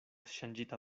ŝanĝita